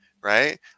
Right